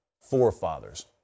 Forefathers